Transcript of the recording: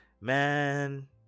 man